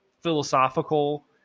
philosophical